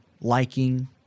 liking